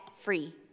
free